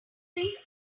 think